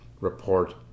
report